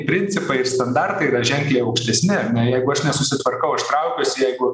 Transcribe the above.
principai standartai yra ženkliai aukštesni ar ne jeigu aš nesusitvarkau aš traukiuosi jeigu